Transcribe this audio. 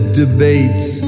debates